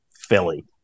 Philly